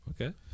okay